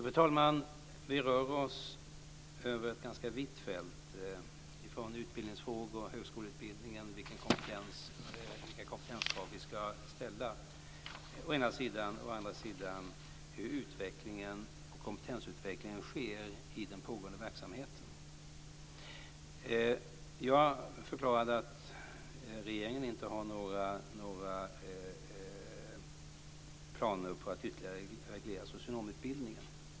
Fru talman! Vi rör oss över ett ganska vitt fält. Å ena sidan gäller det vilka kompetenskrav som vi ska ställa i högskoleutbildningen, å andra sidan gäller det kompetensutvecklingen i den pågende verksamheten. Jag förklarade att regeringen inte har några planer på att ytterligare agera vad gäller socionomutbildningen.